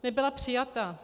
Nebyla přijata.